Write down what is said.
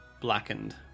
blackened